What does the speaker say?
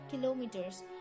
kilometers